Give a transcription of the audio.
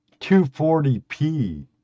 240p